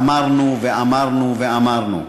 אמרנו ואמרנו ואמרנו.